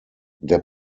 der